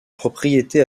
propriétés